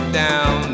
down